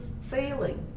failing